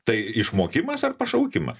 tai išmokimas ar pašaukimas